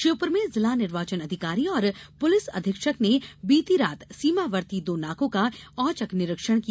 श्योपुर में जिला निर्वाचन अधिकारी और पुलिस अधीक्षक ने बीती रात सीमावर्ती दो नाकों का औचक निरीक्षण किया